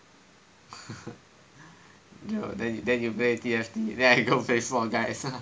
then you play T_F_T then I go play Fall Guys